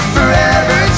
Forever